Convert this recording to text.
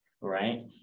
right